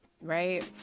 right